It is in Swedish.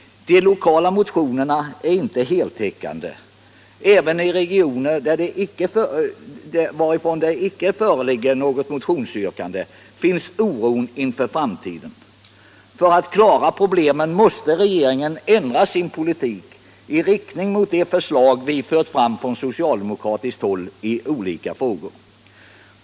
De lokala motionerna är inte heltäckande. Även i regioner varifrån det icke fö religger något motionsyrkande finns oron inför framtiden. För att klara problemen måste regeringen ändra sin politik i riktning mot de förslag vi fört fram från socialdemokratiskt håll i olika frågor.